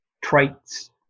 traits